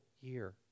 year